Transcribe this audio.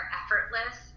effortless